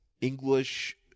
english